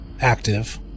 active